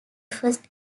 first